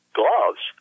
gloves